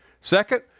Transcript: Second